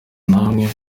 namwe